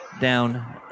down